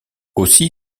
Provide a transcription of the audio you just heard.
aussi